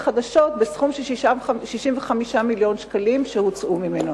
חדשות בסכום של 65 מיליון שקלים שהוצאו ממנה.